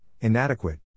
inadequate